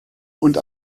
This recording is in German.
und